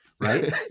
right